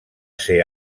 ser